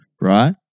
Right